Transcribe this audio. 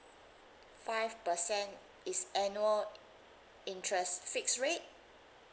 five percent is annual interest fixed rate